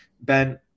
Ben